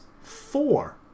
four